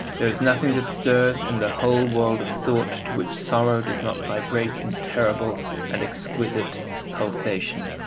there is nothing that stirs in the whole world of thought to which sorrow does not vibrate in terrible and exquisite pulsation.